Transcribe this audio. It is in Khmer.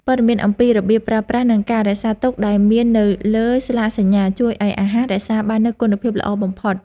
ព័ត៌មានអំពីរបៀបប្រើប្រាស់និងការរក្សាទុកដែលមាននៅលើស្លាកសញ្ញា ជួយឱ្យអាហាររក្សាបាននូវគុណភាពល្អបំផុត។